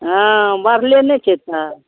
हाँ बढ़ले नहि छै तऽ